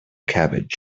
cabbage